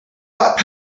bought